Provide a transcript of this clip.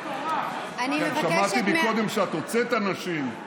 אני מבקשת, שמעתי קודם שאת הוצאת אנשים.